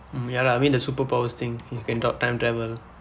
mm ya lah I mean the super powers thing you can like time travel